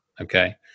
okay